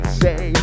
say